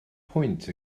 pwynt